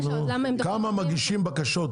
כמה מגישים בקשות?